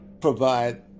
provide